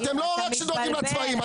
אתם לא רק דואגים לצבאים,